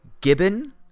Gibbon